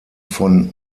von